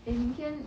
eh 明天